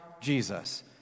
Jesus